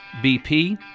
BP